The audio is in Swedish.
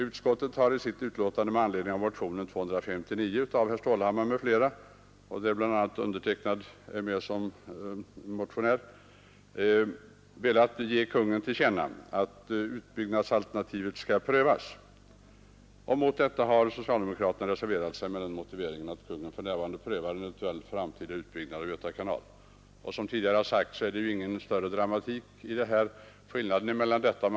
Utskottet föreslår i sitt betänkande med anledning av motionen 259 av herr Stålhammar m.fl. och där bl a. undertecknad är medmotionär att riksdagen för Kungl. Maj:t som sin mening ger till känna att utbyggnadsalternativet bör prövas. Mot detta har socialdemokraterna reserverat sig med motiveringen att Kungl. Maj:t för närvarande prövar en eventuell framtida utbyggnad av Göta kanal. Som tidigare har sagts innebär skillnaden ingen större dramatik.